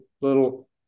little